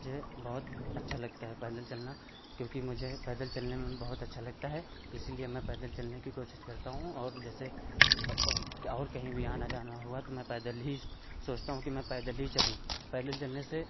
मुझे बहुत अच्छा लगता है पैदल चलना क्योंकि मुझे पैदल चलने में भी बहुत अच्छा लगता है इसीलिए मैं पैदल चलने की कोशिश करता हूँ और जैसे और कहीं भी आना जाना हुआ तो मैं पैदल ही सोचता हूँ कि मैं पैदल ही चलूँ पैदल चलने से